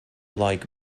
like